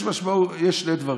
יש שני דברים,